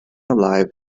alive